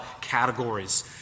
categories